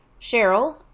Cheryl